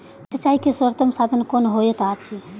सिंचाई के सर्वोत्तम साधन कुन होएत अछि?